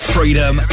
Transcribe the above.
Freedom